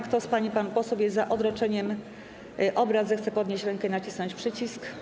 Kto z pań i panów posłów jest za odroczeniem obrad, zechce podnieść rękę i nacisnąć przycisk.